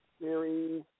series